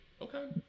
okay